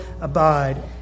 abide